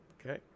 Okay